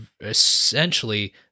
essentially